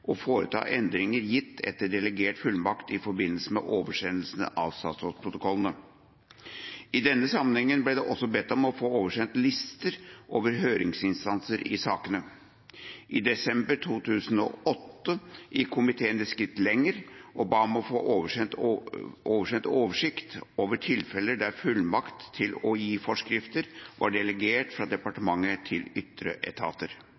endringer i forskrifter gitt etter delegert fullmakt i forbindelse med oversendelsene av statsrådsprotokollene. I denne sammenhengen ble det også bedt om å få oversendt lister over høringsinstanser i sakene. I desember 2008 gikk komiteen et skritt lenger og ba om å få oversendt oversikt over tilfeller der fullmakt til å gi forskrifter var delegert fra departementet til ytre etater.